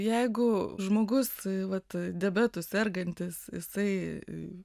jeigu žmogus vat diabetu sergantis jisai